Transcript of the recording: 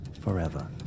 forever